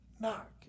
knock